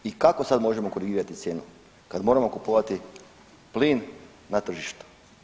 I kako sad možemo korigirati cijenu kad moramo kupovati plin na tržištu?